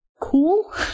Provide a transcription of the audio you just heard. cool